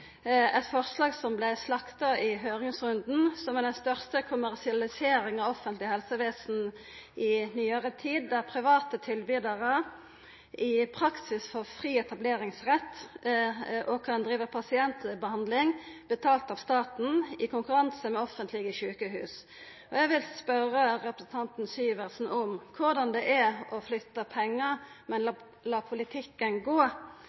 eit forslag som vart slakta i høyringsrunden, som er den største kommersialiseringa av offentleg helsevesen i nyare tid, der private tilbydarar i praksis får fri etableringsrett og kan driva pasientbehandling betalt av staten i konkurranse med offentlege sjukehus. Eg vil spørja representanten Syversen om korleis det er å flytta pengar, men la politikken gå,